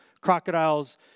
crocodiles